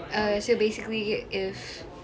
uh so basically if